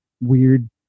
weird